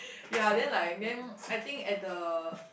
ya then like then I think at the